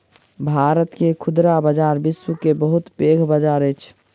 भारत के खुदरा बजार विश्व के बहुत पैघ बजार अछि